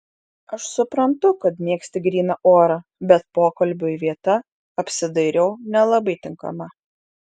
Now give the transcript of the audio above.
aš suprantu kad mėgsti gryną orą bet pokalbiui vieta apsidairiau nelabai tinkama